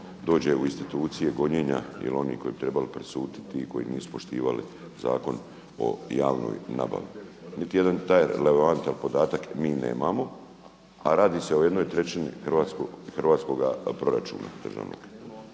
dođe u institucije gonjenja ili oni koji bi trebalo presuditi ti koji nisu poštivali Zakon o javnoj nabavi. Niti jedan relevantan podatak mi nemamo, a radi se o 1/3 hrvatskoga proračuna državnog,